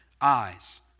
eyes